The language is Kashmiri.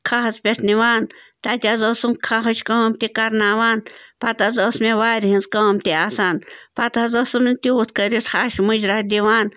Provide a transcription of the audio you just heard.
کھَہَس پٮ۪ٹھ نِوان تَتہِ حظ اوسُم کھَہٕج کٲم تہِ کَرناوان پَتہٕ حظ ٲس مےٚ وارِ ہِنٛز کٲم تہِ آسان پَتہٕ حظ ٲسٕم نہٕ تیوٗت کٔرِتھ ہَش مُجراہ دِوان